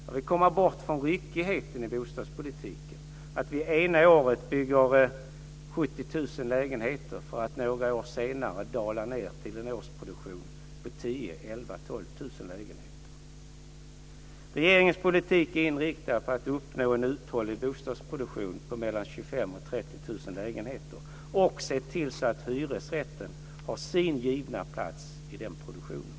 Jag vill komma bort från ryckigheten i bostadspolitiken, att vi ena året bygger 70 000 lägenheter för att några år senare dala ned till en årsproduktion på Regeringens politik är inriktad på att uppnå en uthållig bostadsproduktion på mellan 25 000 och 30 000 lägenheter och att se till att hyresrätten har sin givna plats i den produktionen.